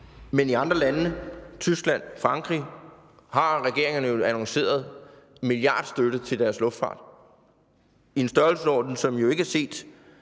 Man i andre lande – Tyskland, Frankrig – har regeringerne jo annonceret milliardstøtte til deres luftfart i en størrelsesorden, som ikke er set